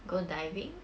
go diving